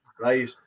right